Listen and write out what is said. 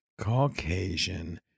Caucasian